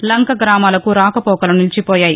లంక గ్రామాలకు రాకపోకలు నిలిచిపోయాయి